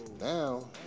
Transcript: now